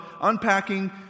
unpacking